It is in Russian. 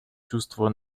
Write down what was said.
чувство